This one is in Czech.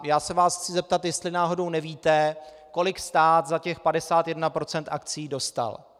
Já se vás chci zeptat, jestli náhodou nevíte, kolik stát za těch 51 % akcií dostal.